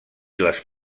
les